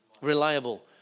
Reliable